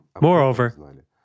Moreover